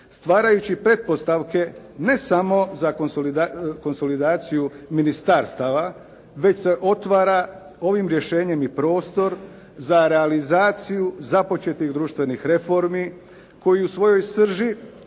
stvarajući pretpostavke ne samo za konsolidaciju ministarstava, već se otvara ovim rješenjem i prostor za realizaciju započetih društvenih reformi koje u svojoj srži